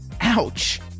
Ouch